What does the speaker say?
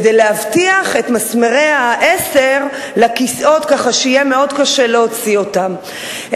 כדי להבטיח את מסמרי ה-10 לכיסאות כך שיהיה מאוד קשה להוציא אותם.